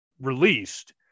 released